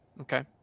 Okay